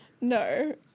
no